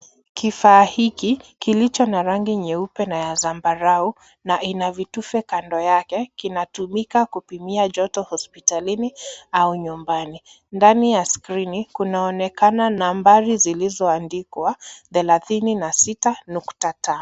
Kifaa hiki kilicho na rangi nyeupe na ya zambarau, na ina vitufe kando yake, kinatumika kupimia joto hospitalini au nyumbani. Ndani ya skrini kunaonekana nambari zilizoandikwa thelathini na sita nukta tano.